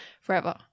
forever